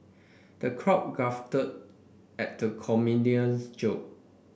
the crowd guffawed at the comedian's jokes